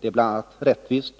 Bl. a. är det rättvist.